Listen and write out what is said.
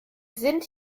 sind